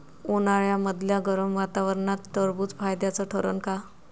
उन्हाळ्यामदल्या गरम वातावरनात टरबुज फायद्याचं ठरन का?